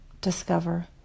discover